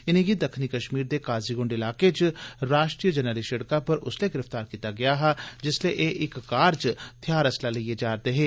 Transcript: इनेंगी दक्खनी कश्मीर दे काजीग्ंड इलाके च राष्ट्रीय जरनैली सड़कै पर उसलै गिरफ्तार कीता गेया हा जिसलै एह इक कार च थेआर असलाह लेइयै जा रदे हे